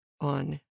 on